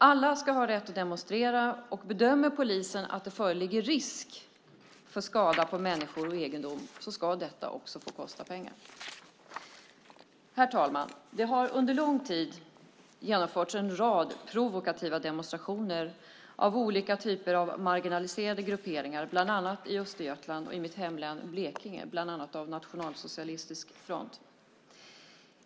Alla ska ha rätt att demonstrera, och bedömer polisen att det föreligger risk för skada på människor och egendom ska detta också få kosta pengar. Herr talman! Det har under lång tid genomförts en rad provokativa demonstrationer av olika typer av marginaliserade grupperingar, bland annat i Östergötland och i mitt hemlän Blekinge, bland annat av Nationalsocialistisk front.